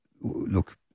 look